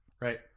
right